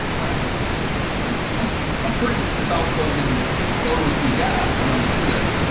yeah um um i'm pretty soft spoken lower key guy when i'm you know,